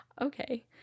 okay